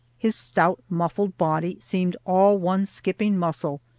his stout, muffled body seemed all one skipping muscle,